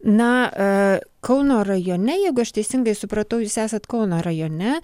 na kauno rajone jeigu aš teisingai supratau jūs esat kauno rajone